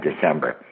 December